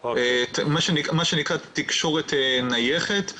מה שנקרא תקשורת נייחת.